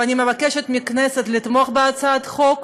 ואני מבקשת מהכנסת לתמוך בהצעת החוק.